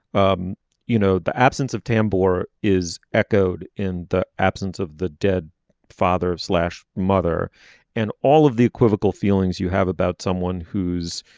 um you know the absence of tambor is echoed in the absence of the dead father of slash mother and all of the equivocal feelings you have about someone who's